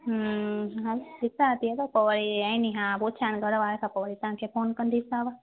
हम्म हल ॾिसां थी अगरि पोइ वरी आहे नी हा पुछा घर वारनि सां पोइ वरी तव्हांखे फ़ोन कंदीसांव